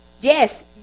Yes